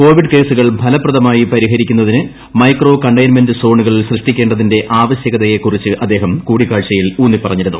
Covid കേസുകൾ ഫലപ്രദമായി പരിഹരിക്കുന്നതിന് മൈക്രോകണ്ടെയ്ൻമെന്റ് സോണുകൾ സൃഷ്ടിക്കേണ്ടതിന്റെ ആവശ്യകതയെക്കുറിച്ച് അദ്ദേഹം കൂടിക്കാഴ്ചയിൽ ഊന്നിപ്പറഞ്ഞിരുന്നു